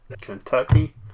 Kentucky